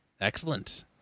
excellent